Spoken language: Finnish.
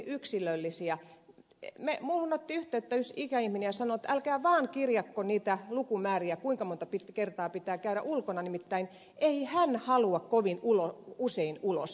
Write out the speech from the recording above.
minuun otti yhteyttä yksi ikäihminen ja sanoi että älkää vaan kirjatko niitä lukumääriä kuinka monta kertaa pitää käydä ulkona nimittäin ei hän halua kovin usein ulos